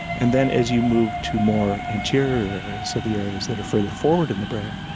and then as you move to more interior areas, so the areas that are further forward in the brain,